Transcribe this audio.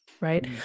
Right